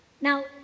Now